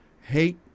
hate